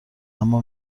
اما